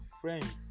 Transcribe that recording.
friends